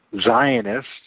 Zionists